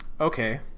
okay